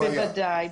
בוודאי.